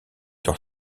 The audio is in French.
dans